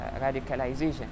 radicalization